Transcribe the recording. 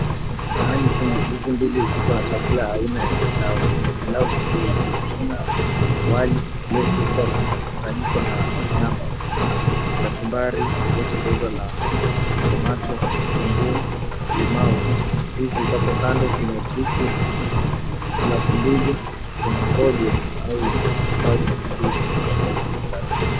Sahani hizi mbili ziko na chakula aina ya pilau ambayo ni wali na mchanganyiko wa nyama, kachumbari iliyotengenezwa na tomato na vitunguu, limau, ndizi iko hapo kando na juisi glasi mbili na ukwaju na mchizi kwa bakuli tatu.